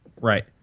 Right